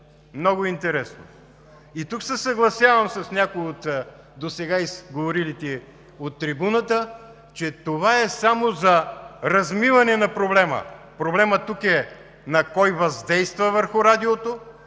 много интересно. И тук се съгласявам с някои, говорили досега на трибуната, че това е само за размиване на проблема. Проблемът тук е: кой въздейства върху Радиото,